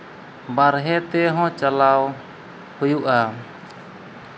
ᱵᱟᱨᱦᱮ ᱛᱮᱦᱚᱸ ᱪᱟᱞᱟᱣ ᱦᱩᱭᱩᱜᱼᱟ